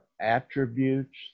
attributes